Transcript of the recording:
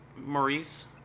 Maurice